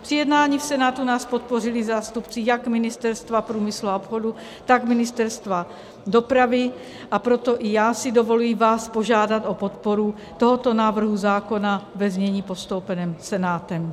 Při jednání v Senátu nás podpořili zástupci jak Ministerstva průmyslu a obchodu, tak Ministerstva dopravy, a proto i já si dovoluji vás požádat o podporu tohoto návrhu zákona ve znění postoupeném Senátem.